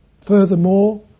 Furthermore